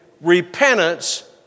repentance